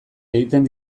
egiten